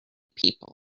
people